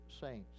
saints